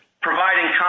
providing